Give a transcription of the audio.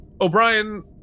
O'Brien